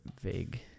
vague